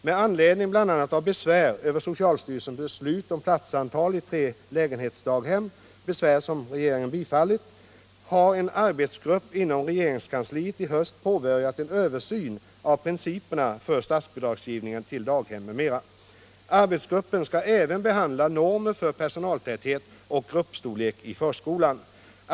Med anledning bl.a. av besvär över socialstyrelsens beslut om platsantal i tre lägenhetsdaghem — besvär som regeringen bifallit — har en arbetsgrupp inom regeringskansliet i höst påbörjat en översyn av principerna för statsbidragsgivningen till daghem m.m. Arbetsgruppen skall även behandla normer för personaltäthet och gruppstorlek i förskolan.